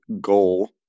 goal